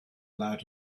allowed